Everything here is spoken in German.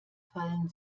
fallen